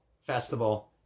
Festival